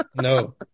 No